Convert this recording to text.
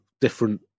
different